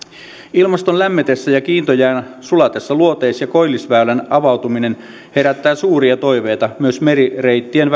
ilmaston lämmetessä ja kiintojään sulaessa luoteis ja koillisväylän avautuminen herättää suuria toiveita myös merireittien